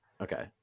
Okay